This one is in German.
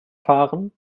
fahren